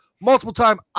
multiple-time